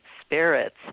spirits